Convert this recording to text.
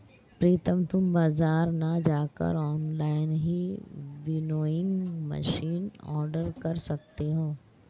प्रितम तुम बाजार ना जाकर ऑनलाइन ही विनोइंग मशीन ऑर्डर कर सकते हो